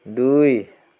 দুই